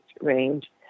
range